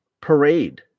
parade